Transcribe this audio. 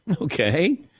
Okay